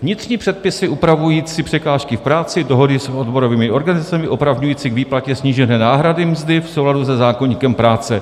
Vnitřní předpisy upravující překážky v práci, dohody s odborovými organizacemi opravňující k výplatě snížené náhrady mzdy v souladu se zákoníkem práce.